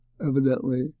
evidently